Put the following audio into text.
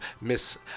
miss